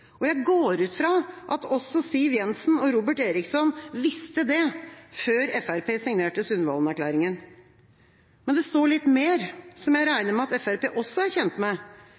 pris. Jeg går ut fra at også Siv Jensen og Robert Eriksson visste det før Fremskrittspartiet signerte Sundvolden-erklæringa. Men det står litt mer, som jeg regner med at Fremskrittspartiet også er kjent med.